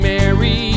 Mary